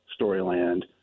Storyland